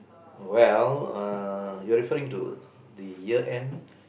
well uh you are referring to the year end